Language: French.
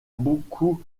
beaucoup